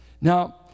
Now